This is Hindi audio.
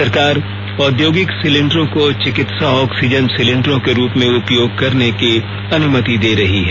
सरकार औद्योगिक सिलेंडरों को चिकित्सा ऑक्सीजन सिलिंडरों के रूप में उपयोग करने की अनुमति दे रही है